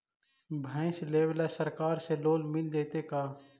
भैंस लेबे ल सरकार से लोन मिल जइतै का?